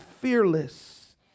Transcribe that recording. fearless